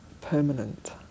permanent